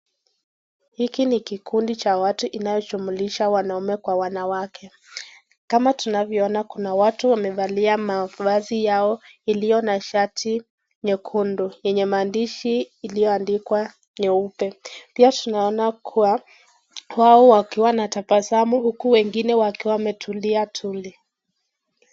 Hiki ni kikundi cha watu inayojumlisha wanaume kwa wanawake, kama tunavyoona kuna watu wamevalia mavazi yao iliyo na shati nyekundu yenye maandishi iliyoandikwa nyeupe. Pia tunaona kuwa wao wakiwa na tabasamu huku wengine wakiwa wametulia tuli.